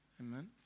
Amen